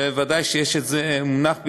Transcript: וודאי שזה מונח בפניכם.